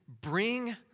bring